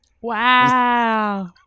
Wow